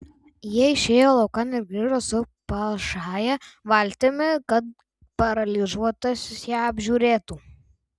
jie išėjo laukan ir grįžo su palšąja valtimi kad paralyžiuotasis ją apžiūrėtų